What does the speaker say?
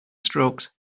strokes